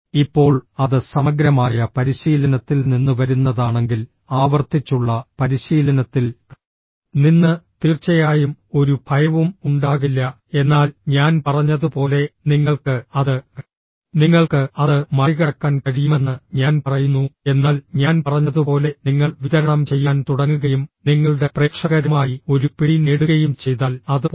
ഇപ്പോൾ അത് സമഗ്രമായ പരിശീലനത്തിൽ നിന്ന് വരുന്നതാണെങ്കിൽ ആവർത്തിച്ചുള്ള പരിശീലനത്തിൽ നിന്ന് തീർച്ചയായും ഒരു ഭയവും ഉണ്ടാകില്ല എന്നാൽ ഞാൻ പറഞ്ഞതുപോലെ നിങ്ങൾക്ക് അത് നിങ്ങൾക്ക് അത് മറികടക്കാൻ കഴിയുമെന്ന് ഞാൻ പറയുന്നു എന്നാൽ ഞാൻ പറഞ്ഞതുപോലെ നിങ്ങൾ വിതരണം ചെയ്യാൻ തുടങ്ങുകയും നിങ്ങളുടെ പ്രേക്ഷകരുമായി ഒരു പിടി നേടുകയും ചെയ്താൽ അത് പോകും